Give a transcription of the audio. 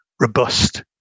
robust